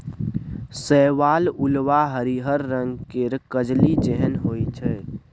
शैवाल उल्वा हरिहर रंग केर कजली जेहन होइ छै